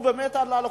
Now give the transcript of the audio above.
שבאמת עלה לכותרות.